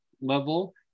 level